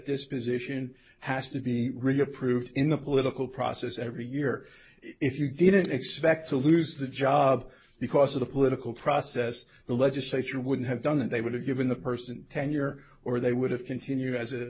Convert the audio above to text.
this position has to be really approved in the political process every year if you didn't expect to lose the job because of the political process the legislature wouldn't have done it they would have given the person tenure or they would have continue as a